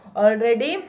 already